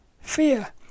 fear